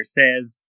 says